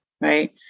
Right